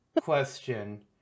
Question